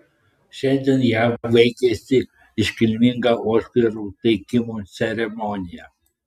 šiandien jav baigėsi iškilminga oskarų teikimo ceremonija